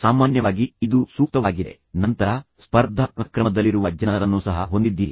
ಸಾಮಾನ್ಯವಾಗಿ ಈ ವಿಧಾನವು ಸೂಕ್ತವಾಗಿದೆ ಆದರೆ ನಂತರ ನೀವು ಸ್ಪರ್ಧಾತ್ಮಕ ಕ್ರಮದಲ್ಲಿರುವ ಜನರನ್ನು ಸಹ ಹೊಂದಿದ್ದೀರಿ